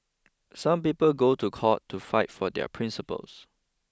some people go to court to fight for their principles